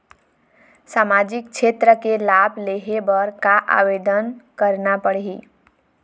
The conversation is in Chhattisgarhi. सामाजिक क्षेत्र के लाभ लेहे बर का आवेदन करना पड़ही?